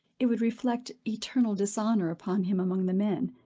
it would reflect eternal dishonor upon him among the men,